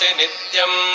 nityam